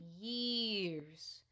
Years